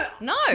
No